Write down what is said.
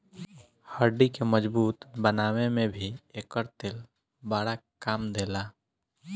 हड्डी के मजबूत बनावे में भी एकर तेल बड़ा काम देला